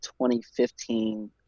2015